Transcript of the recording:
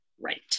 Right